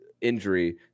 Injury